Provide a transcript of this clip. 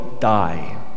die